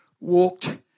walked